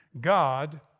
God